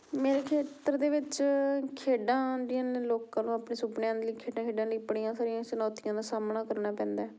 ਮੇਰੇ ਖੇਤਰ ਦੇ ਵਿੱਚ ਖੇਡਾਂ ਆਉਂਦੀਆਂ ਨੇ ਲੋਕਾਂ ਨੂੰ ਆਪਣੇ ਸੁਪਨਿਆਂ ਲਈ ਖੇਡਾਂ ਖੇਡਣ ਲਈ ਬੜੀਆਂ ਸਾਰੀਆਂ ਚੁਣੌਤੀਆਂ ਦਾ ਸਾਹਮਣਾ ਕਰਨਾ ਪੈਂਦਾ